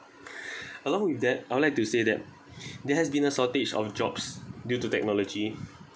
along with that I would like to say that there has been a shortage of jobs due to technology